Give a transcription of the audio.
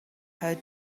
her